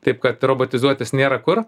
taip kad robotizuotis nėra kur